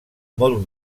molt